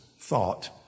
thought